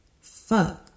Fuck